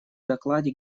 докладе